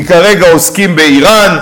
כי כרגע עוסקים באיראן,